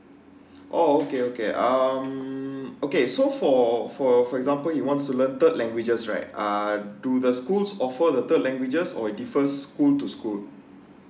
oh okay okay um okay so for for for example you want to learn third languages right ah do the schools offer the third languages or difference school to school